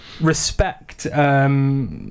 respect